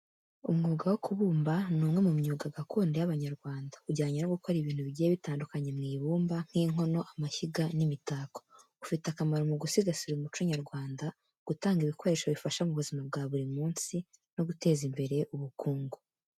Umwuga wo kubumba ni umwe mu myuga gakondo y’Abanyarwanda ujyanye no gukora ibintu bigiye bitandukanye mu ibumba, nk’inkono, amashyiga, n’imitako. Ufite akamaro mu gusigasira umuco nyarwanda, gutanga ibikoresho bifasha mu buzima bwa buri munsi, no guteza imbere ubukungu.